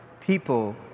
people